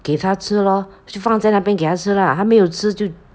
给他吃 lor 就放在那边给他吃 lah 他没有吃就